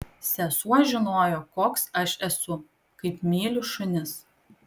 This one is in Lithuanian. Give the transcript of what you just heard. sesuo žinojo koks aš esu kaip myliu šunis